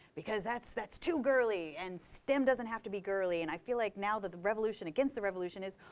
because that's that's too girly and stem doesn't have to be girly. and i feel like now the the revolution against the revolution is,